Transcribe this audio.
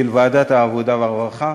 של ועדת העבודה והרווחה.